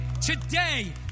today